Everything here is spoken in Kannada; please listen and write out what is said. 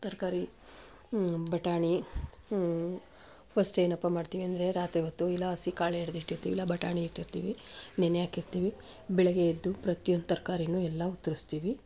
ತರಕಾರಿ ಬಟಾಣಿ ಫಸ್ಟ್ ಏನಪ್ಪ ಮಾಡ್ತೀನಿ ಅಂದರೆ ರಾತ್ರಿ ಹೊತ್ತು ಇಲ್ಲ ಹಸಿಕಾಳು ಹಿಡ್ದಿಟ್ಟಿರ್ತೀನಿ ಇಲ್ಲ ಬಟಾಣಿ ಇಟ್ಟಿರ್ತೀನಿ ನೆನೆ ಹಾಕಿರ್ತೀನಿ ಬೆಳಗ್ಗೆ ಎದ್ದು ಪ್ರತಿಯೊಂದು ತರಕಾರಿನು ಎಲ್ಲ ಉತ್ತರಿಸ್ತೀನಿ